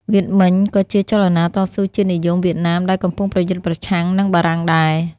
វៀតមិញក៏ជាចលនាតស៊ូជាតិនិយមវៀតណាមដែលកំពុងប្រយុទ្ធប្រឆាំងនឹងបារាំងដែរ។